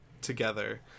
together